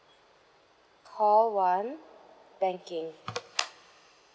call one banking